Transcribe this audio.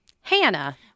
Hannah